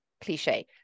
cliche